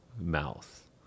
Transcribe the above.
mouth